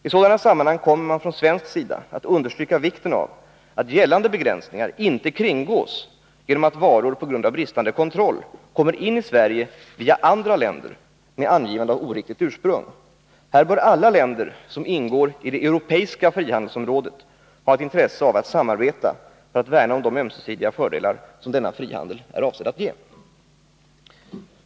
I sådana sammanhang kommer man från svensk sida att understryka vikten av att gällande begränsningar inte kringgås genom att varor på grund av bristande kontroll kommer in i Sverige via andra länder med angivande av oriktigt ursprung. Här bör alla länder som ingår i det europeiska frihandelsområdet ha ett intresse av att samarbeta för att värna om de ömsesidiga fördelar som denna frihandel är avsedd att ge.